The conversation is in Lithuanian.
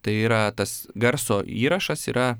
tai yra tas garso įrašas yra